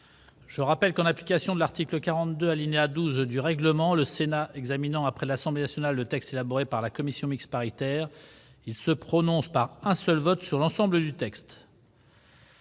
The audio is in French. Je rappelle que, en application de l'article 42, alinéa 12, du règlement, lorsqu'il examine après l'Assemblée nationale le texte élaboré par la commission mixte paritaire, le Sénat se prononce par un seul vote sur l'ensemble du texte.